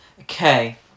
Okay